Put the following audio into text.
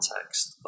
context